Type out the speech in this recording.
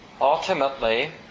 ultimately